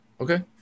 Okay